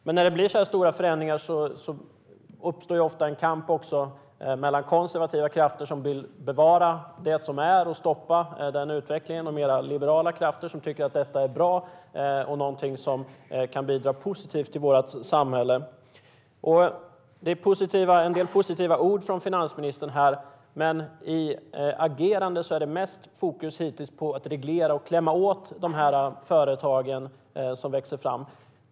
Men när det sker så här stora förändringar uppstår ofta en kamp mellan å ena sidan konservativa krafter som vill bevara det som finns och stoppa utvecklingen och å andra sidan mer liberala krafter som tycker att detta är någonting bra som kan bidra positivt till vårt samhälle. Det kom en del positiva ord från finansministern här, men i agerandet har det hittills mest varit fokus på att reglera och på att klämma åt de företag som växer fram.